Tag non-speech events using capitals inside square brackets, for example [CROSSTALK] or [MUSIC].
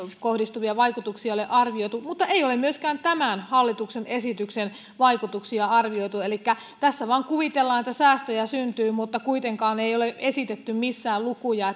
kohdistuvia vaikutuksia ole arvioitu mutta ei ole myöskään tämän hallituksen esityksen vaikutuksia arvioitu elikkä tässä vain kuvitellaan että säästöjä syntyy mutta kuitenkaan ei ole esitetty missään lukuja [UNINTELLIGIBLE]